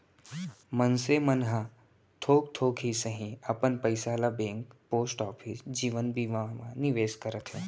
मनसे मन ह थोक थोक ही सही अपन पइसा ल बेंक, पोस्ट ऑफिस, जीवन बीमा मन म निवेस करत हे